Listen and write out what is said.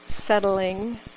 Settling